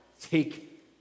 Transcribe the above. Take